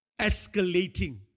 escalating